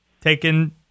taken –